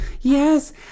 Yes